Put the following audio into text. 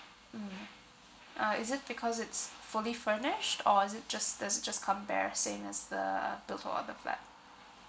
mm alright is it because it's fully furnished or is it just does it just come bare as same as the those all other flat